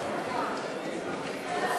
"גיידסטאר"